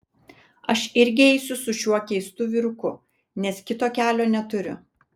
aš irgi eisiu su šiuo keistu vyruku nes kito kelio neturiu